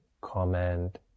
comment